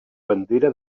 bandera